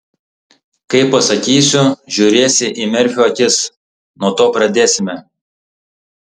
kai pasakysiu žiūrėsi į merfio akis nuo to pradėsime